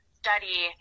study